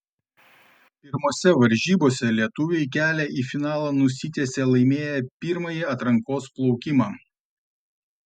pirmose varžybose lietuviai kelią į finalą nusitiesė laimėję pirmąjį atrankos plaukimą